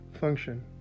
function